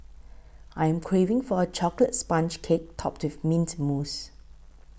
I am craving for a Chocolate Sponge Cake Topped with Mint Mousse